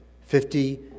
Fifty